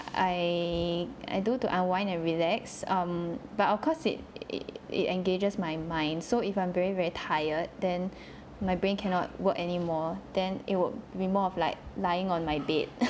I I do to unwind and relax um but of course it it engages my mind so if I'm very very tired then my brain cannot work anymore then it will be more of like lying on my bed